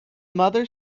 mother